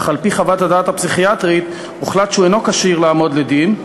אך על-פי חוות הדעת הפסיכיאטרית הוחלט שהוא אינו כשיר לעמוד לדין,